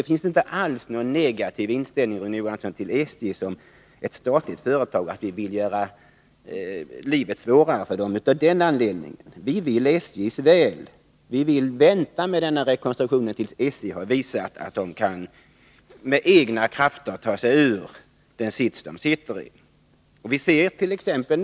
Vi har inte alls någon negativ inställning till SJ som ett statligt företag. Vi vill inte göra livet svårare för SJ av den anledningen. Vi vill SJ:s väl. Vi vill vänta med rekonstruktionen till dess SJ har visat sig kunna med egna krafter ta sig ur den sits man nu befinner sig i. Visert.ex.